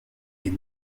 est